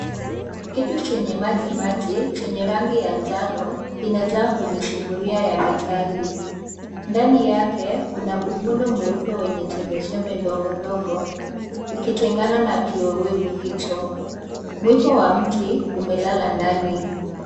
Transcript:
Kitu chenye maji maji, chenye rangi ya njano, kinajaa kwenye sufuria ya metali. Ndani yake, kuna uvundo mweupe wenye chembe chembe ndogo, ukitengana na kiuwevu hicho. Mwiko wa mti, umelala ndani.